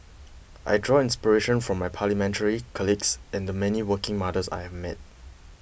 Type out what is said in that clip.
I draw inspiration from my parliamentary colleagues and the many working mothers I have met